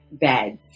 beds